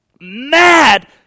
mad